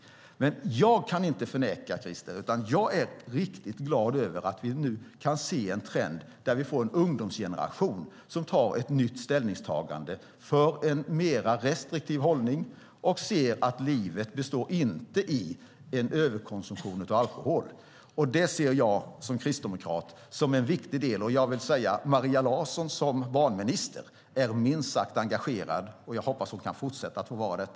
Men, Christer Engelhardt, jag kan inte förneka att jag är riktigt glad över att vi nu kan se en trend där vi får en ungdomsgeneration som gör ett nytt ställningstagande för en mer restriktiv hållning till alkohol och ser att livet inte består i en överkonsumtion av alkohol. Detta ser jag som kristdemokrat som en viktig del. Jag vill också säga att Maria Larsson som barnminister är minst sagt engagerad, och jag hoppas att hon kan fortsätta att få vara det.